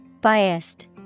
Biased